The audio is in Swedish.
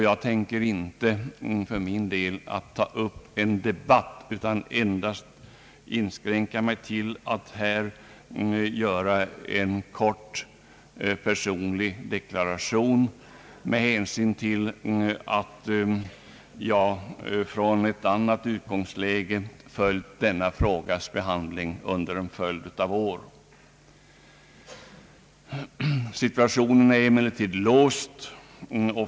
Jag tänker inte heller ta upp någon debatt utan vill endast göra en kort personlig deklaration med hänsyn till att jag från ett annat utgångsläge följt denna frågas behandling under en följd av år. Situationen är emellertid låst.